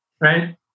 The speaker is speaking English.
Right